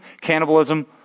cannibalism